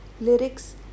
lyrics